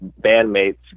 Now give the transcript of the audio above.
bandmates